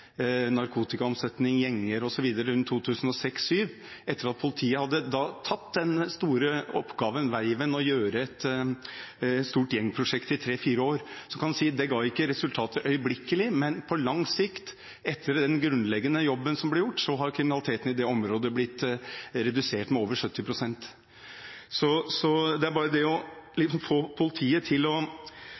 narkotikaomsetning, gjenger osv. rundt 2006–2007. Etter at politiet hadde tatt på seg den store oppgaven, veiven, med et stort gjengprosjekt i tre–fire år, ga det ikke resultater øyeblikkelig, men på lang sikt. Etter den grunnleggende jobben som ble gjort, har kriminaliteten i dette området blitt redusert med over 70 pst. Så det er bare det å få politiet til å bli ansporet av tildelingsbrevet til å